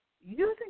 using